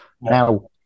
Now